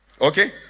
Okay